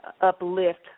uplift